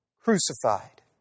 crucified